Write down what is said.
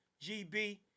GB